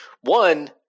one